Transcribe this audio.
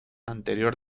anterior